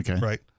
right